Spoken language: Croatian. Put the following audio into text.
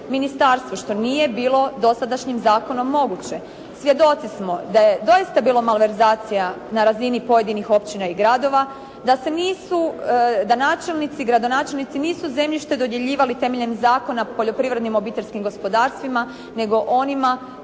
što nije bilo dosadašnjim zakonom moguće. Svjedoci smo da je doista bilo malverzacija na razini pojedinih općina i gradova, da načelnici, gradonačelnici nisu zemljište dodjeljivali temeljem Zakona o poljoprivrednim obiteljskim gospodarstvima, nego onima